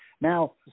Now